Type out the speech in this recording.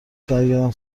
برگردم